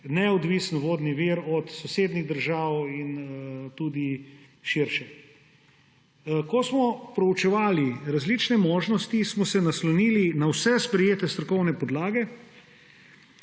neodvisen vodni vir od sosednjih držav in tudi širše. Ko smo preučevali različne možnosti, smo se naslonili na vse sprejete strokovne podlage.